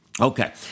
Okay